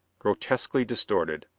grotesquely distorted,